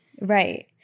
Right